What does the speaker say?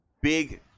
big